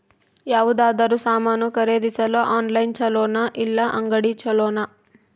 ಯಾವುದಾದರೂ ಸಾಮಾನು ಖರೇದಿಸಲು ಆನ್ಲೈನ್ ಛೊಲೊನಾ ಇಲ್ಲ ಅಂಗಡಿಯಲ್ಲಿ ಛೊಲೊನಾ?